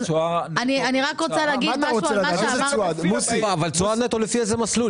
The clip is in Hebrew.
אני רוצה את התשואה --- תשואה נטו לפי איזה מסלול?